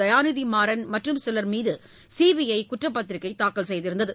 தயாநிதிமாறன் மற்றும் சிலர் மீது சிபிஐ குற்றப்பத்திரிக்கை தாக்கல் செய்திருந்தது